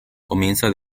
comienza